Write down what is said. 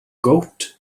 gowt